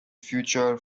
future